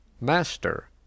Master